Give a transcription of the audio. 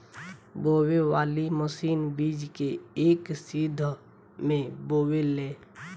बोवे वाली मशीन बीज के एक सीध में बोवेले